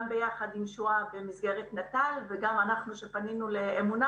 גם במסגרת נט"ל וגם בעקבות פנייה שלנו לאמונה,